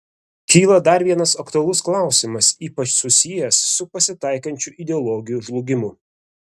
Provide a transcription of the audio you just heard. kyla dar vienas aktualus klausimas ypač susijęs su pasitaikančiu ideologijų žlugimu